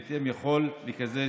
ובהתאם יוכל לקזז